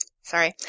Sorry